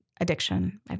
addiction